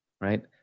right